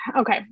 Okay